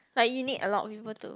like you need a lot of people to